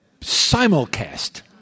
Simulcast